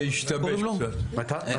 אתה